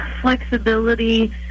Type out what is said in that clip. flexibility